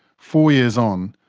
four years on,